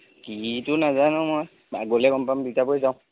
কিটো নাজানো মই গ'লে গম পাম দুইটা বৈ যাওঁ